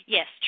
Yes